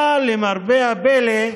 אבל, למרבה הפלא,